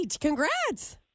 Congrats